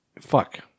Fuck